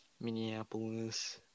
Minneapolis